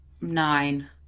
Nine